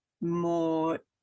more